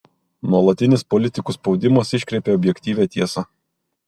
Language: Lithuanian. nuolatinis politikų spaudimas iškreipia objektyvią tiesą